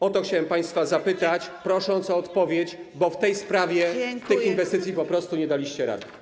O to chciałem państwa zapytać, prosząc o odpowiedź, bo w tej sprawie, w sprawie tych inwestycji po prostu nie daliście rady.